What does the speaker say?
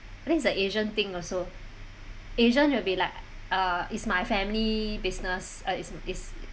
I think is a asian thing also asian will be like uh is my family business uh is is